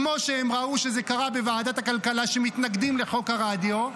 כמו שהם ראו שזה קרה בוועדת הכלכלה שמתנגדים לחוק הרדיו.